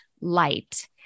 light